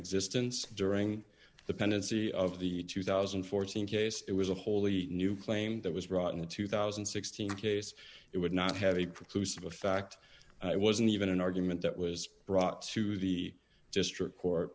existence during the pendency of the two thousand and fourteen case it was a wholly new claim that was brought in the two thousand and sixteen case it would not have reproduced of a fact it wasn't even an argument that was brought to the district court